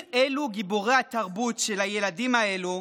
אם אלו גיבורי התרבות של הילדים האלו,